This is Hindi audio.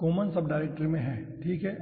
कॉमन सब डायरेक्टरी में है ठीक है